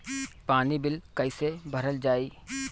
पानी बिल कइसे भरल जाई?